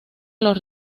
los